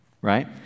right